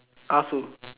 are to